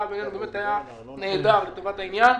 בינינו היה באמת נהדר לטובת העניין,